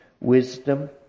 wisdom